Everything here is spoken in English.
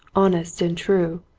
honest and true,